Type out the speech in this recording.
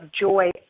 joy